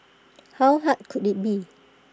how hard could IT be